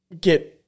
get